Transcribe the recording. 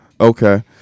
Okay